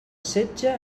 setge